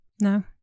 No